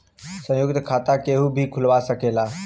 संयुक्त खाता केहू भी खुलवा सकेला